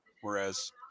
Whereas